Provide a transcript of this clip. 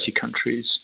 countries